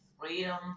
Freedom